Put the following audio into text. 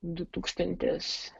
du tūkstantis